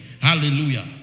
hallelujah